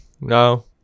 No